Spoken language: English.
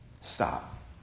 stop